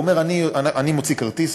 הוא אומר: אני מוציא כרטיס,